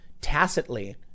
tacitly